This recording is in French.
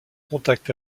contact